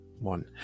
one